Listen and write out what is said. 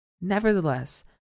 Nevertheless